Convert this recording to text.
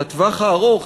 בטווח הארוך,